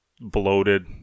bloated